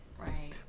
Right